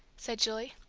said julie.